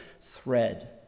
thread